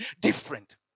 different